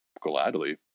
Gladly